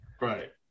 Right